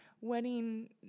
wedding